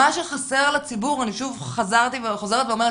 מה שחסר לציבור אני חוזרת ואומרת,